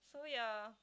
so ya